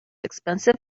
expensive